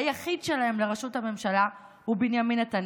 היחיד שלהן לראשות הממשלה, הוא בנימין נתניהו.